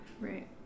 Right